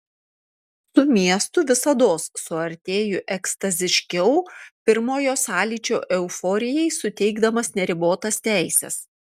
su miestu visados suartėju ekstaziškiau pirmojo sąlyčio euforijai suteikdamas neribotas teises